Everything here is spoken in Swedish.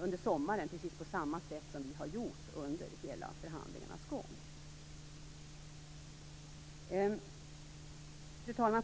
under sommaren precis på samma sätt som vi har gjort under förhandlingarnas gång. Fru talman!